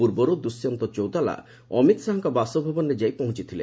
ପୂର୍ବରୁ ଦୁଷ୍ୟନ୍ତ ଚୌତାଲା ଅମିତ ଶାହାଙ୍କ ବାସଭବନରେ ଯାଇ ପହଞ୍ଚିଥିଲେ